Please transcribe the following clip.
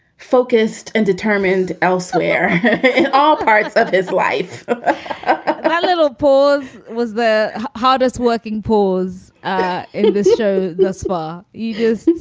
focused and determined elsewhere in all parts of his life ah little pause was the hardest working pause ah in the show thus far. you know,